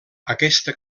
aquesta